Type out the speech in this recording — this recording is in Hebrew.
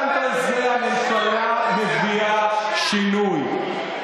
וגם בזה הממשלה מביאה שינוי.